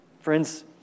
Friends